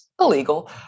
illegal